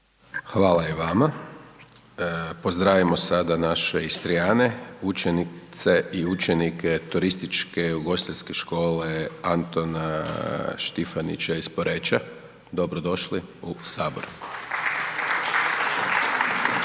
Hvala i vama. Pozdravimo sada naše Istrijane, učenice i učenike Turističke-ugostiteljske škole Antona Štifanića iz Poreča, dobro došli u Sabor.